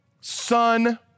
son